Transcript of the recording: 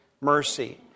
mercy